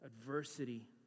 adversity